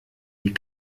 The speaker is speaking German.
die